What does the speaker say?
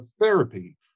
therapy